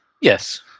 Yes